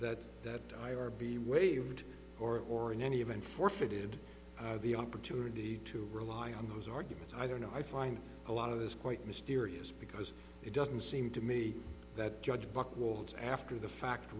that that i r b waived or or in any event forfeited the opportunity to rely on those arguments i don't know i find a lot of this quite mysterious because it doesn't seem to me that judge buchwald's after the fact